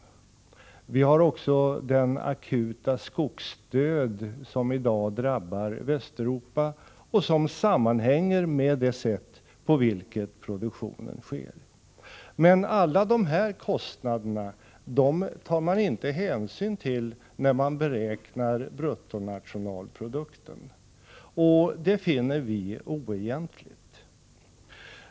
Vi har också den akuta skogsdöd som i dag drabbar Västeuropa och som sammanhänger med det sätt på vilket produktionen sker. Men alla dessa kostnader tar man inte hänsyn till när man beräknar bruttonationalprodukten. Det finner vi oegentligt.